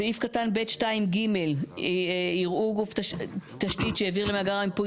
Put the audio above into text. סעיף קטן (ב)(2)(ג) - "יראו גוף תשתית שהעביר למאגר מיפוי,